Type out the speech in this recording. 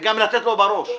וגם לתת לו בראש.